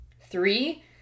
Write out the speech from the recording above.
Three